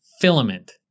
filament